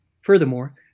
Furthermore